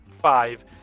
five